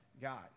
God